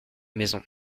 maison